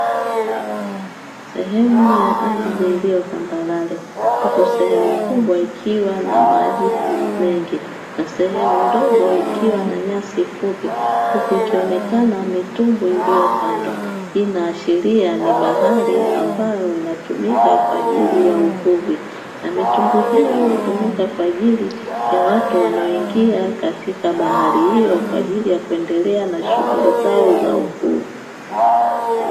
Sehemu ya ardhi iliyo tambarare huku sehemu kubwa ikiwa na maji mengi na sehemu ndogo ikiwa na nyasi fupi, huku ikionekana mitumbwi iliyo kando; hii inaashiria ni bahari ambayo inatumika kwa ajili ya uvuvi, na mitumbwi hiyo hutumika kwa ajili ya watu wanaoingia katika bahari hiyo kwa ajili ya kuendelea na shughuli zao za uvuvi.